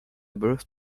birth